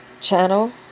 channel